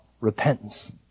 repentance